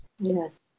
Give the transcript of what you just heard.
Yes